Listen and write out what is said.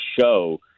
show